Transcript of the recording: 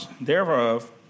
thereof